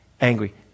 angry